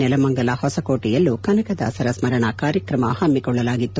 ನೆಲಮಂಗಲ ಹೊಸಕೋಟೆಯಲ್ಲೂ ಕನಕದಾಸರ ಸ್ನರಣಾ ಕಾರ್ಯಕ್ರಮ ಹಮ್ಮಿಕೊಳ್ಳಲಾಗಿತ್ತು